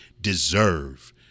deserve